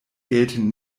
gelten